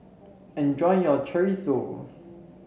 enjoy your Chorizo